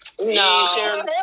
no